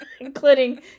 Including